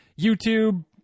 YouTube